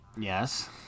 Yes